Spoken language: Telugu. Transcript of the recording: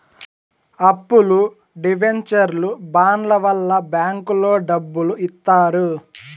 అప్పులు డివెంచర్లు బాండ్ల వల్ల బ్యాంకులో డబ్బులు ఇత్తారు